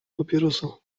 papierosa